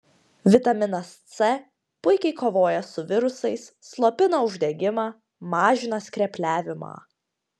vitaminas c puikiai kovoja su virusais slopina uždegimą mažina skrepliavimą